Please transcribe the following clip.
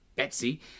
Betsy